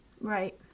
Right